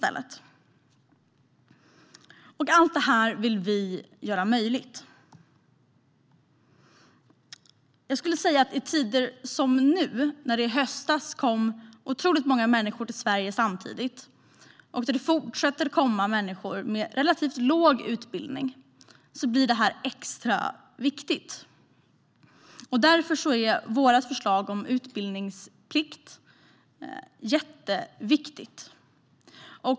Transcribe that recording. Allt det här vill vi göra möjligt. I tider som dessa - i höstas kom det otroligt många människor till Sverige samtidigt, och det fortsätter att komma människor med relativt låg utbildning - blir det här extra viktigt. Därför är vårt förslag om utbildningsplikt jätteviktigt.